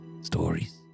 Stories